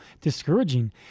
discouraging